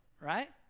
right